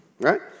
Right